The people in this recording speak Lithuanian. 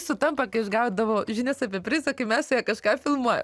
sutampa kai aš gaudavau žinias apie prizą kai mes su ja kažką filmuojam